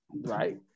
Right